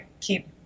keep